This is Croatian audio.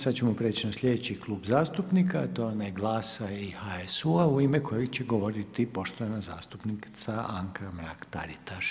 Sad ćemo preći na sljedeći klub zastupnika a to je onaj GLAS-a i HSU-a u ime kojega će govoriti poštovana zastupnica Anka Mrak Taritaš.